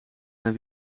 mijn